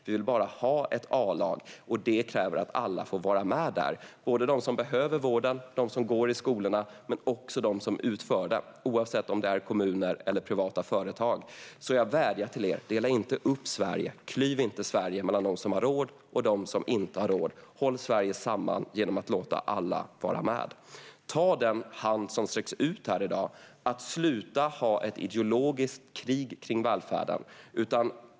Vi vill bara ha ett Alag, och det kräver att alla får vara med där - de som behöver vården, de som går i skolorna men också utförarna, oavsett om det är kommuner eller privata företag. Jag vädjar till er: Dela inte upp Sverige! Klyv inte Sverige mellan dem som har råd och dem som inte har råd! Håll Sverige samman genom att låta alla vara med! Ta den hand som sträcks ut här i dag! Det handlar om att sluta ha ett ideologiskt krig kring välfärden.